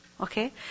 Okay